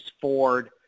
Ford